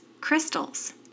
crystals